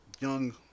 young